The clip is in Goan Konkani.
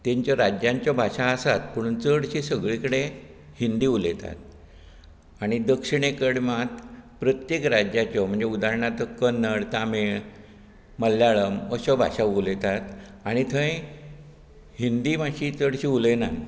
तेंच्या राज्यांच्यो भासा आसात पूण चडशें सगळी कडेन हिंदी उलयतात आनी दक्षीण कडेन मात प्रत्येक राज्याच्यो म्हणजे उदाहरणांत कन्नड तामीळ मल्याळम अश्यो भाशा उलयतात आनी थंय हिंदी मात्शी चडशीं उलयनात